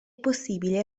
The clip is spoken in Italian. possibile